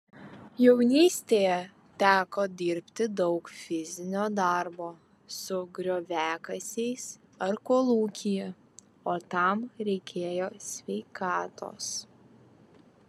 jaunystėje teko dirbti daug fizinio darbo su grioviakasiais ar kolūkyje o tam reikėjo sveikatos